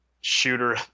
shooter